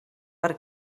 per